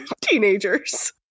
teenagers